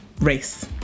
race